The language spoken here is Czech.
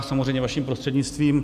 Samozřejmě vaším prostřednictvím.